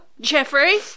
Jeffrey